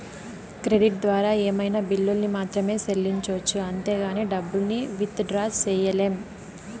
credit ద్వారా ఏమైనా బిల్లుల్ని మాత్రమే సెల్లించొచ్చు అంతేగానీ డబ్బుల్ని విత్ డ్రా సెయ్యలేం